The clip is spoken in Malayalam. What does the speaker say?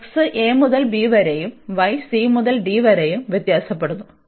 അതിനാൽ x a മുതൽ b വരെയും y c മുതൽ d വരെയും വ്യത്യാസപ്പെടുന്നു